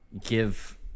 give